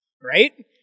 Right